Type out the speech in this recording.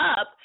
up